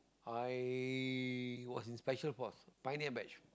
I was inspection for pioneer batch